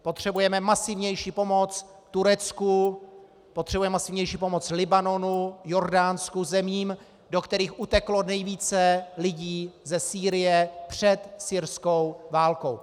Potřebujeme masivnější pomoc Turecku, potřebujeme masivnější pomoc Libanonu, Jordánsku, zemím, do kterých uteklo nejvíce lidí ze Sýrie před syrskou válkou.